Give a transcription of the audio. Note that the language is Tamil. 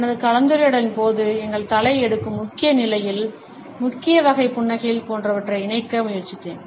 எனது கலந்துரையாடலின் போது எங்கள் தலை எடுக்கும் முக்கிய நிலைகள் முக்கிய வகை புன்னகைகள் போன்றவற்றை இணைக்க முயற்சித்தேன்